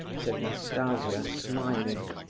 said nastasia, smiling.